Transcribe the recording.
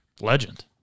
Legend